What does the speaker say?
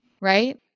right